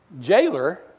jailer